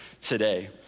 today